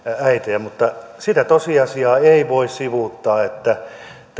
äitejä mutta sitä tosiasiaa ei voi sivuuttaa että vaikka tämä